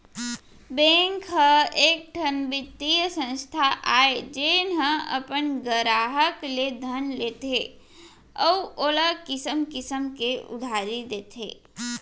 bank ह एकठन बित्तीय संस्था आय जेन ह अपन गराहक ले धन लेथे अउ ओला किसम किसम के उधारी देथे